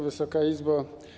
Wysoka Izbo!